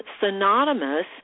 synonymous